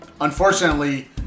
unfortunately